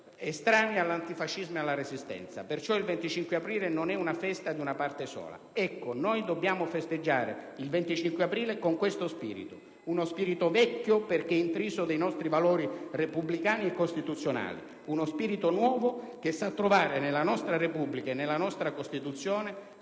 estranei all'antifascismo e alla Resistenza. Perciò il 25 aprile non è una festa di una parte sola. Ecco, dobbiamo festeggiare il 25 aprile con questo spirito. Uno spirito vecchio, perché intriso dei nostri valori repubblicani e costituzionali. Uno spirito nuovo che sa trovare nella nostra Repubblica e nella nostra Costituzione